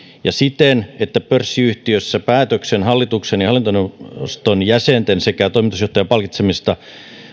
ja siten että pörssiyhtiössä päätöksen hallituksen ja hallintoneuvoston jäsenten sekä toimitusjohtajan palkitsemisesta